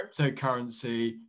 cryptocurrency